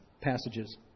passages